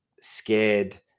scared